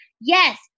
Yes